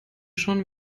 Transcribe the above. schon